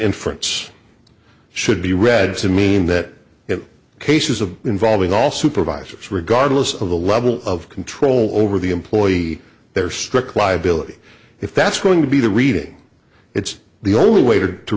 inference should be read to mean that in cases of involving all supervisors regardless of the level of control over the employee there are strict liability if that's going to be the reading it's the only way to to